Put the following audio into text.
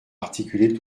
articuler